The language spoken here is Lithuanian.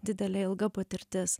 didelė ilga patirtis